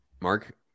Mark